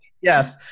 Yes